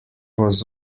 was